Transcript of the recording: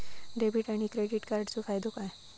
Debit आणि credit कार्डचो फायदो काय?